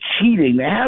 cheating